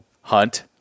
hunt